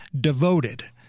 devoted